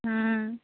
हँ